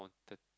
quanti~